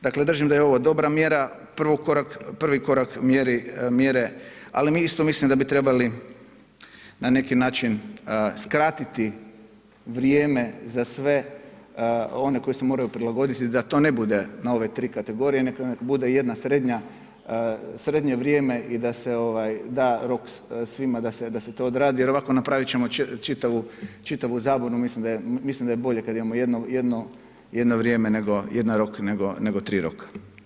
Dakle držim da je ovo dobra mjera, prvi korak mjere ali mi isto mislim da bi trebali na neki način skratiti vrijeme za sve one koji se moraju prilagoditi da to ne bude na ove tri kategorije, nek', neka bude jedna srednja, srednje vrijeme i da se da rok svima da se to odradi jer ovako napraviti ćemo čitavu zabunu, mislim da je bolje kada imamo jedno, jedno vrijeme, jedan rok nego tri roka.